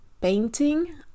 painting